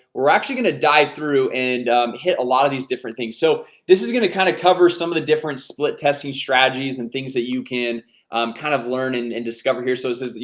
we're actually gonna dive through and hit a lot of these different things so this is gonna kind of cover some of the different split testing strategies and things that you can kind of learn and and discover here. so this is you